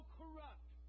corrupt